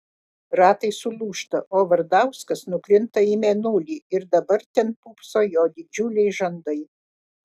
ratai sulūžta o vardauskas nukrinta į mėnulį ir dabar ten pūpso jo didžiuliai žandai